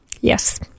Yes